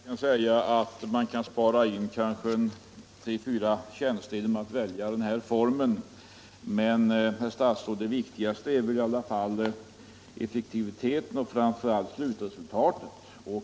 Herr talman! Man kan kanske spara in tre fyra tjänster genom att välja den här formen. Men, herr statsråd, det viktigaste är väl i alla fall effektiviteten och framför allt slutresultatet.